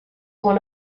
one